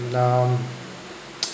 and um